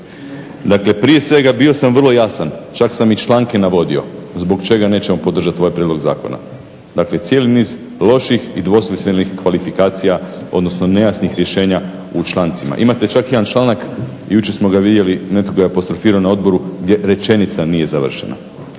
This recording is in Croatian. Dakle, prije svega bio sam vrlo jasan. Čak sam i članke navodio zbog čega nećemo podržati ovaj prijedlog zakona. Dakle, cijeli niz loših i dvosmislenih kvalifikacija, odnosno nejasnih rješenje u člancima. Imate čak jedan članak, jučer smo ga vidjeli, netko ga je apostrofirao na odboru gdje rečenica nije završena.